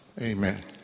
Amen